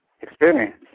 experience